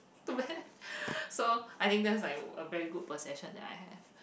too bad so I think that's like a very good possession that I have